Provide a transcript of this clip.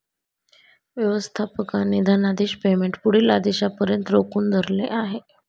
व्यवस्थापकाने धनादेश पेमेंट पुढील आदेशापर्यंत रोखून धरले आहे